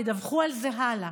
ידווחו על זה הלאה.